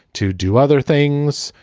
to do other things,